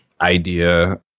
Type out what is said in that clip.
idea